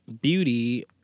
Beauty